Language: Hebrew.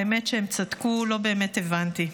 האמת, הם צדקו, לא באמת הבנתי.